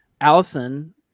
Allison